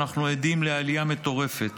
אנחנו עדים לעלייה מטורפת